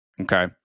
okay